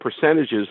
percentages